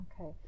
Okay